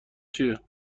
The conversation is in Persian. چیه